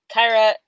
Kyra